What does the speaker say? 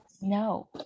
No